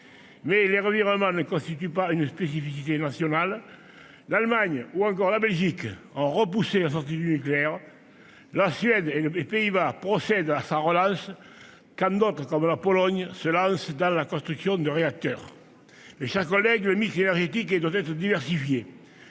Mais les revirements ne constituent pas une spécificité nationale : l'Allemagne et la Belgique ont repoussé la sortie du nucléaire, la Suède et les Pays-Bas procèdent à sa relance, quand d'autres pays, comme la Pologne, se lancent dans la construction de réacteurs. Mes chers collèges, le mix énergétique doit être diversifié.